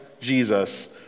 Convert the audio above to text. Jesus